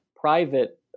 private